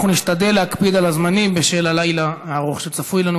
אנחנו נשתדל להקפיד על הזמנים בשל הלילה הארוך שצפוי לנו.